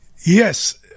yes